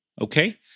Okay